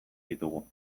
ditugu